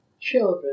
children